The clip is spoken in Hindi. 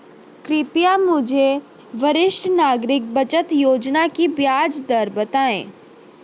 कृपया मुझे वरिष्ठ नागरिक बचत योजना की ब्याज दर बताएं